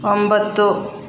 ಒಂಬತ್ತು